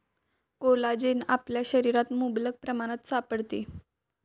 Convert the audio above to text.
collagen आपल्या शरीरात मुबलक प्रमाणात सापडते